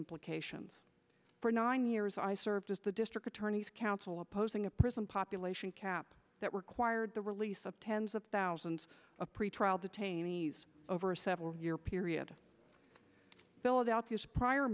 implications for nine years i served as the district attorney's counsel opposing a prison population cap that required the release of tens of thousands of pretrial detainees over a several year period philadelphia's prior